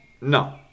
no